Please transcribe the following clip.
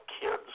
kids